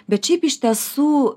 bet šiaip iš tiesų